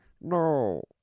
No